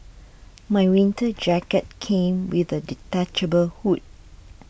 my winter jacket came with a detachable hood